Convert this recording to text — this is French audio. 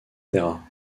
terra